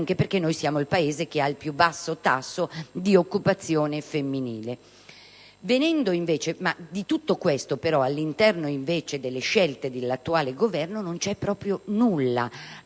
anche perché siamo il Paese che ha il più basso tasso di occupazione femminile. Di tutto questo, però, all'interno delle scelte dell'attuale Governo non c'è proprio nulla;